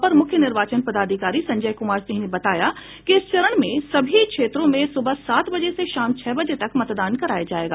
अपर मुख्य निर्वाचन पदाधिकारी संजय कुमार सिंह ने बताया कि इस चरण में सभी क्षेत्रों में सुबह सात बजे से शाम छह बजे तक मतदान कराया जाएगा